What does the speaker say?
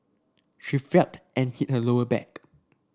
she felt and hit her lower back